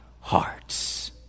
hearts